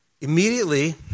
Immediately